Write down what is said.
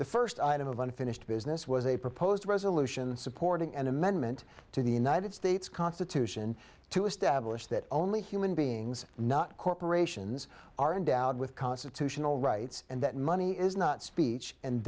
the first item of unfinished business was a proposed resolution supporting an amendment to the united states constitution to establish that only human beings not corporations are endowed with constitutional rights and that money is not speech and